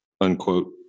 unquote